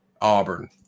Auburn